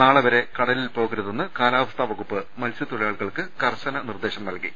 നാളെ വരെ കടലിൽ പോക രുതെന്ന് കാലാവസ്ഥാ വകുപ്പ് മത്സ്യത്തൊഴിലാളി കൾക്ക് കർശന നിർദ്ദേശം നല്കി